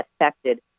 affected